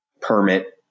permit